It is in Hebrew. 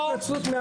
התנצלות.